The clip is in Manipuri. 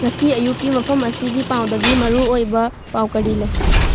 ꯉꯁꯤ ꯑꯌꯨꯛꯀꯤ ꯃꯐꯝ ꯑꯁꯤꯒꯤ ꯄꯥꯎꯗꯒꯤ ꯃꯔꯨ ꯑꯣꯏꯕ ꯄꯥꯎ ꯀꯔꯤ ꯂꯩ